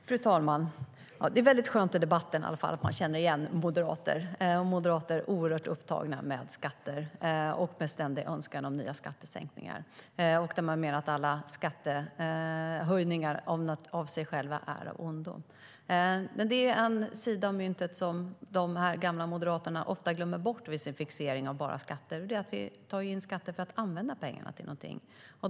Fru talman! Det är väldigt skönt i debatten att man i varje fall känner igen moderater. Moderater är oerhört upptagna med skatter och med en ständig önskan om nya skattesänkningar. De menar att alla skattehöjningar i sig själva är av ondo. Det finns en sida av myntet som de gamla moderaterna ofta glömmer bort i sin fixering vid bara skatter. Det är att vi tar in skatter för att använda pengarna till någonting.